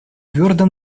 твердо